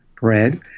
bread